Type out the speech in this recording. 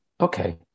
okay